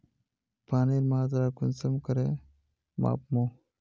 पानीर मात्रा कुंसम करे मापुम?